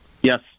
Yes